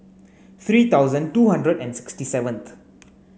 three thousand two hundred and sixty seventh